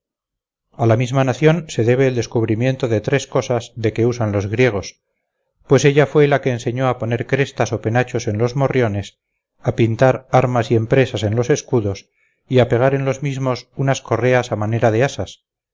a la misma nación se debe el descubrimiento de tres cosas de que usan los griegos pues ella fue la que enseñó a poner crestas o penachos en los morriones a pintar armas y empresas en los escudos y a pegar en los mismos unas correas a manera de asas